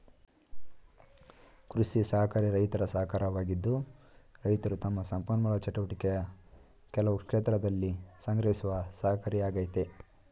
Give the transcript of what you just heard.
ಕೃಷಿ ಸಹಕಾರಿ ರೈತರ ಸಹಕಾರವಾಗಿದ್ದು ರೈತರು ತಮ್ಮ ಸಂಪನ್ಮೂಲ ಚಟುವಟಿಕೆಯ ಕೆಲವು ಕ್ಷೇತ್ರದಲ್ಲಿ ಸಂಗ್ರಹಿಸುವ ಸಹಕಾರಿಯಾಗಯ್ತೆ